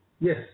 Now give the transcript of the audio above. yes